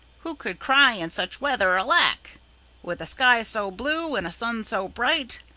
who could cry in such weather, alack! with a sky so blue, and a sun so bright,